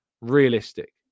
realistic